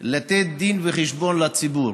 לתת דין וחשבון לציבור.